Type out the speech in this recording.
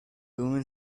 woman